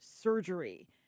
surgery